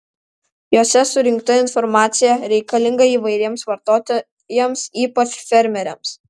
jose surinkta informacija reikalinga įvairiems vartotojams ypač fermeriams